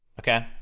okay?